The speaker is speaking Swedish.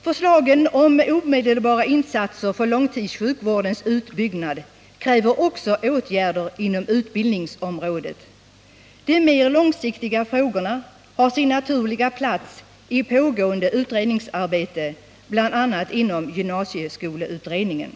Förslagen om omedelbara insatser för långtidssjukvårdens utbyggnad kräver också åtgärder på utbildningsområdet. De mer långsiktiga frågorna har sin naturliga plats i pågående utredningsarbete, bl.a. inom gymnasieskoleutredningen.